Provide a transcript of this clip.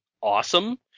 awesome